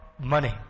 money